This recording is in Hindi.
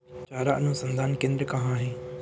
चारा अनुसंधान केंद्र कहाँ है?